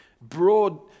broad